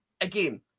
Again